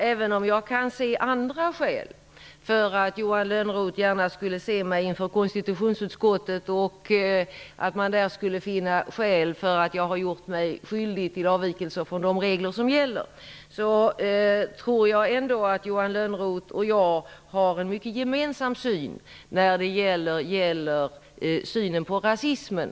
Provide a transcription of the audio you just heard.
Även om jag kan se andra skäl till att Johan Lönnroth gärna skulle se mig inför konstitutionsutskottet, och att man där skulle finna mig skyldig till avvikelser från de regler som gäller, tror jag ändå att Johan Lönnroth och jag har en gemensam syn på rasismen.